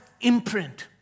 imprint